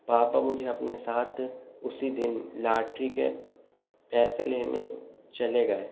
پاپا مجھے اپنے ساتھ اسی دن لاٹری کے پیسے لینے چلے گئے